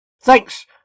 Thanks